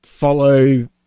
follow